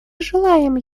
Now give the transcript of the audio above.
желаем